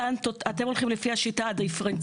את טענת שאתם הולכים לפי השיטה הדיפרנציאלית,